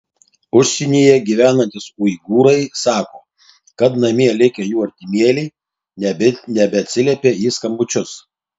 užsienyje gyvenantys uigūrai sako kad namie likę jų artimieji nebeatsiliepia į skambučius